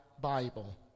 Bible